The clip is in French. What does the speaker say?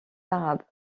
arabes